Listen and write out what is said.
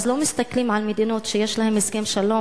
אז לא מדברים על מדינות שיש להן הסכם שלום